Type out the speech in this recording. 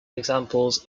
examples